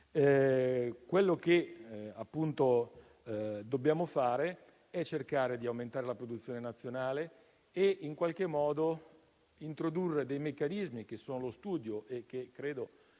Quello che dobbiamo fare è cercare di aumentare la produzione nazionale e in qualche modo introdurre dei meccanismi, che sono già allo studio e che credo